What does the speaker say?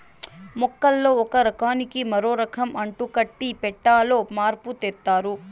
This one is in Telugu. మొక్కల్లో ఒక రకానికి మరో రకం అంటుకట్టి పెట్టాలో మార్పు తెత్తారు